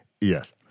Yes